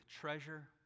treasure